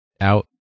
out